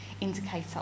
indicator